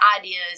ideas